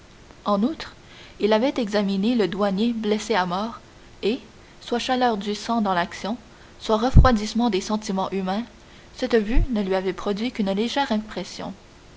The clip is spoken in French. en outre il avait examiné le douanier blessé à mort et soit chaleur du sang dans l'action soit refroidissement des sentiments humains cette vue ne lui avait produit qu'une légère impression